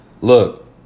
Look